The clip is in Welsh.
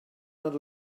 nad